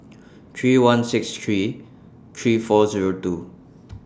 three one six three three four Zero two